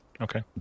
Okay